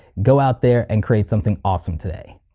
go out there and create something awesome today,